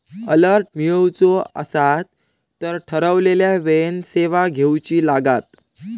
alert मिळवुचा असात तर ठरवलेल्या वेळेन सेवा घेउची लागात